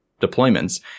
deployments